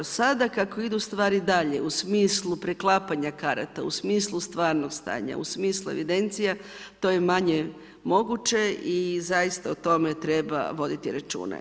Sada kako idu stvari dalje u smislu preklapanja karata, u smislu stvarnog stanja, u smislu evidencija, to je manje moguće i zaista o tome treba voditi računa.